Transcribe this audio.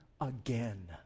again